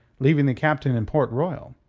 leaving the captain in port royal?